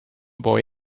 boy